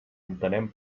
entenem